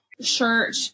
shirt